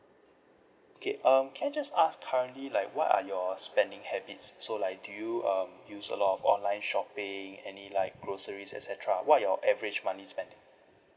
okay um can I just ask currently like what are your spending habits so like do you um use a lot of online shopping any like groceries et cetera what are your average money spending